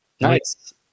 Nice